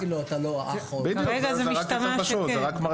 --- כרגע משתמע שכן.